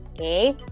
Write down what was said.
okay